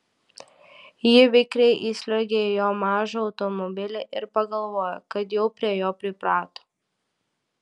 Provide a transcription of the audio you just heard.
ji vikriai įsliuogė į jo mažą automobilį ir pagalvojo kad jau prie jo priprato